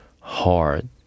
hard